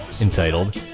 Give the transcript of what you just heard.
entitled